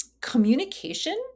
communication